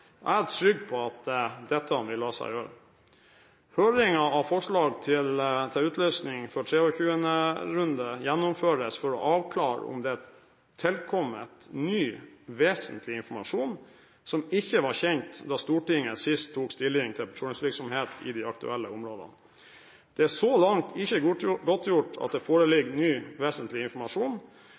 Jeg er trygg på at dette vil la seg gjøre. Høringen av forslag til utlysning for 23. runde gjennomføres for å avklare om det er tilkommet ny vesentlig informasjon som ikke var kjent da Stortinget sist tok stilling til petroleumsvirksomhet i de aktuelle områdene. Det er så langt ikke godtgjort at det foreligger ny vesentlig informasjon.